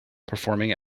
performing